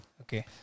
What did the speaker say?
Okay